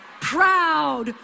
proud